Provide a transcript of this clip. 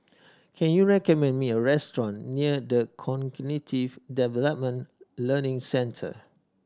can you recommend me a restaurant near The Cognitive Development Learning Centre